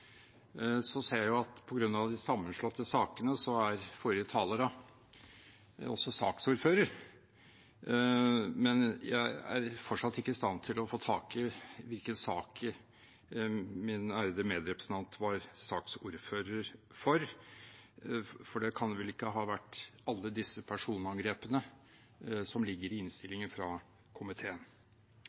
Så ser jeg at på grunn av de sammenslåtte sakene er forrige taler også saksordfører, men jeg er fortsatt ikke i stand til å få tak i hvilken sak min ærede medrepresentant er saksordfører for. For det kan vel ikke ha vært alle disse personangrepene som ligger i innstillingen fra komiteen.